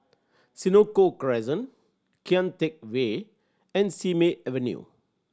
Senoko Crescent Kian Teck Way and Simei Avenue